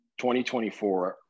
2024